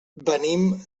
venim